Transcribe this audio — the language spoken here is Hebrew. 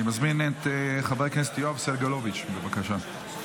אני מזמין את חבר הכנסת יואב סגלוביץ', בבקשה.